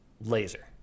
laser